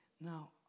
Now